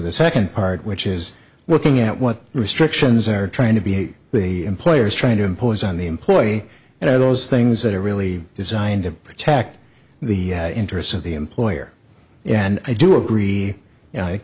the second part which is looking at what restrictions are trying to be the employers trying to impose on the employee and i don't think that are really designed to protect the interests of the employer and i do agree